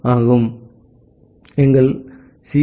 எனவே எங்கள் சி